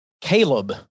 Caleb